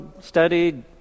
studied